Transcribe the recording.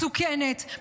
מסוכנת,